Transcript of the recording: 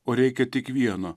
o reikia tik vieno